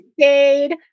stayed